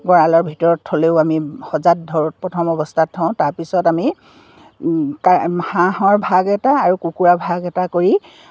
গঁৰালৰ ভিতৰত থ'লেও আমি সজাত ধৰক প্ৰথম অৱস্থাত থওঁ তাৰপিছত আমি হাঁহৰ ভাগ এটা আৰু কুকুৰাৰ ভাগ এটা কৰি